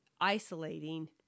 isolating